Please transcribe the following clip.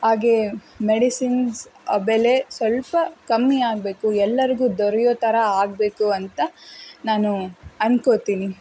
ಹಾಗೆ ಮೆಡಿಸಿನ್ಸ್ ಬೆಲೆ ಸ್ವಲ್ಪ ಕಮ್ಮಿ ಆಗಬೇಕು ಎಲ್ಲರಿಗೂ ದೊರೆಯೋ ಥರ ಆಗಬೇಕು ಅಂತ ನಾನು ಅಂದ್ಕೊತೀನಿ